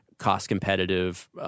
cost-competitive